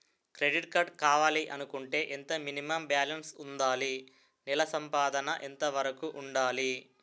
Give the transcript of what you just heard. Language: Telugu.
క్రెడిట్ కార్డ్ కావాలి అనుకుంటే ఎంత మినిమం బాలన్స్ వుందాలి? నెల సంపాదన ఎంతవరకు వుండాలి?